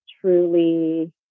truly